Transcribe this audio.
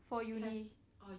for uni